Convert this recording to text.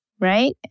right